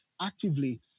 actively